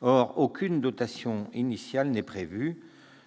Or aucune dotation initiale n'est prévue.